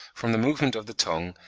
from the movement of the tongue,